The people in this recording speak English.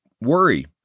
worry